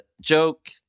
joke